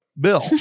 bill